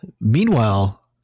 Meanwhile